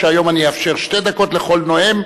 והיום אני אאפשר שתי דקות לכל נואם,